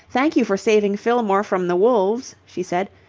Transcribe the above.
thank you for saving fillmore from the wolves, she said.